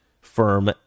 firm